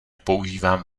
používám